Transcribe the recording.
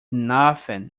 nothing